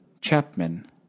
Chapman